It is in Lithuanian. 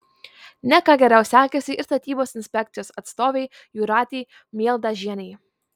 ne ką geriau sekėsi ir statybos inspekcijos atstovei jūratei mieldažienei